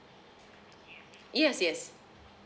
yes yes